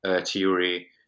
Theory